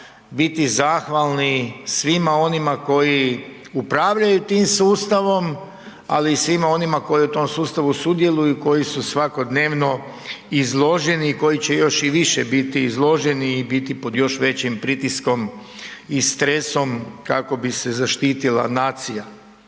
biti zahvalni svima onima koji upravljaju tim sustavom, ali i svima onima koji u tom sustavu sudjeluju i koji su svakodnevno izloženi i koji će još i više biti izloženi i biti pod još većim pritiskom i stresom kako bi se zaštitila nacija.